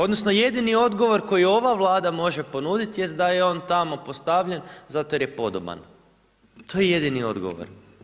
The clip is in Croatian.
Odnosno, jedini odgovor koji ova Vlada može ponuditi, jest da je on tamo postavljan zato jer je podoban, to je jedini odgovor.